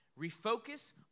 Refocus